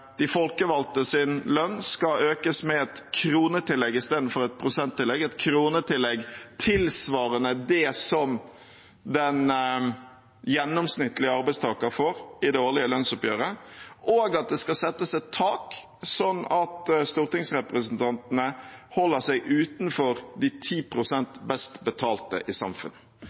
lønn skal økes med et kronetillegg i stedet for et prosenttillegg, et kronetillegg tilsvarende det den gjennomsnittlige arbeidstaker får i det årlige lønnsoppgjøret, og at det skal settes et tak, sånn at stortingsrepresentantene holder seg utenfor de 10 pst. best betalte i